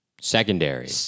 secondary